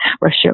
Russia